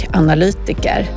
analytiker